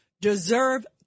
deserve